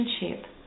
relationship